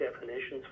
definitions